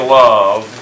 love